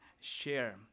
share